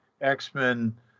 X-Men